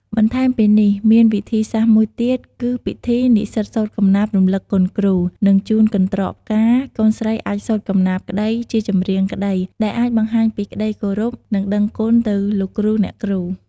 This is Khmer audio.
បន្ថែមពីនេះមានវិធីសាស្រ្តមួយទៀតគឺពិធីនិស្សិតសូត្រកំណាព្យរំលឹកគុណគ្រូ និងជូនកន្រ្តកផ្កា កូនស្រីអាចសូត្រកំណាព្យក្តីជាចម្រៀនក្តីដែលអាចបង្ហាញពីក្តីគោរព និងដឹងគុណទៅលោកគ្រូ អ្នកគ្រូ។